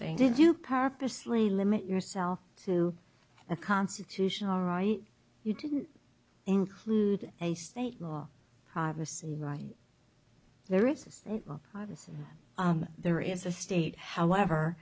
saying did you purposely limit yourself to a constitutional right you didn't include a state law privacy right there is a privacy there is a state however